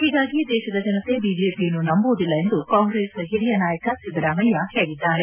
ಹೀಗಾಗಿ ದೇಶದ ಜನತೆ ಬಿಜೆಪಿಯನ್ನು ನಂಬುವುದಿಲ್ಲ ಎಂದು ಕಾಂಗ್ರೆಸ್ ಹಿರಿಯ ನಾಯಕ ಸಿದ್ದರಾಮಯ್ಯ ಹೇಳಿದ್ದಾರೆ